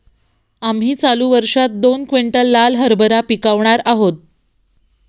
आम्ही चालू वर्षात दोन क्विंटल लाल हरभरा पिकावणार आहोत